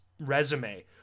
resume